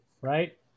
right